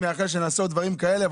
הייתי מאחל שנעשה עוד דברים כאלה,